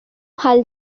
ভাল